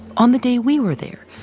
on the day we were there,